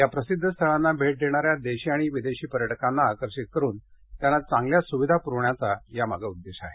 या प्रसिद्ध स्थळांना भेट देणाऱ्या देशी आणि विदेशी पर्यटकांना आकर्षित करून त्यांना चांगल्या सुविधा पुरवण्याचा यामागे उद्देश आहे